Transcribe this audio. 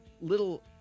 little